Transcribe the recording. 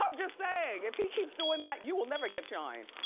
um just saying if he keeps doin' that, you will never get shine.